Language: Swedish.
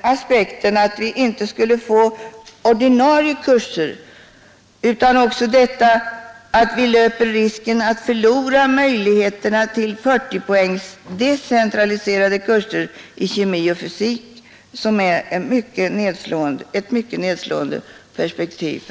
aspekten att inte kunna få ordinarie kurser utan också risken att förlora möjligheterna till decentraliserade 40-poängskurser i kemi och fysik ett mycket nedslående perspektiv.